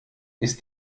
ist